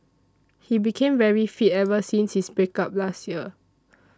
he became very fit ever since his break up last year